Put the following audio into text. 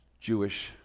Jewish